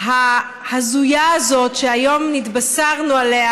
ההזויה הזאת שהיום התבשרנו עליה,